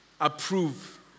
approve